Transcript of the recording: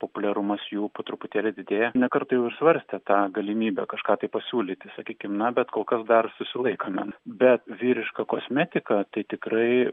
populiarumas jų po truputėlį didėja ne kartą jau ir svarstė tą galimybę kažką tai pasiūlyti sakykim na bet kol kas dar susilaikome bet vyriška kosmetika tai tikrai